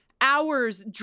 hours